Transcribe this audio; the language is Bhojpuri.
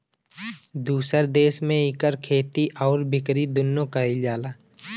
दुसर देस में इकर खेती आउर बिकरी दुन्नो कइल जाला